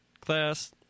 class